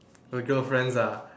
uh girlfriends ah